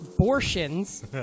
abortions